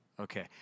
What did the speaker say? Okay